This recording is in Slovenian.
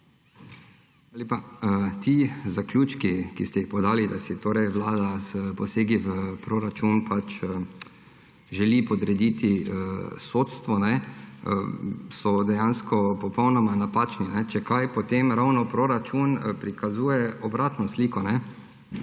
Ti zaključki, ki ste jih podali, da si vlada s posegi v proračun želi podrediti sodstvo, so dejansko popolnoma napačni. Če kaj, potem ravno proračun prikazuje obratno sliko.